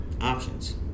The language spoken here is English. options